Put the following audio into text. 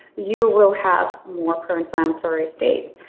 you will have more pro inflammatory state,